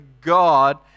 God